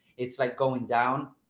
it's like going down.